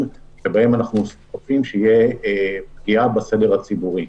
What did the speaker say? שבהם אנחנו חוששים שתהיה פגיעה בסדר הציבורי.